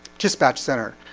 dispatch center,